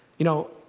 you know,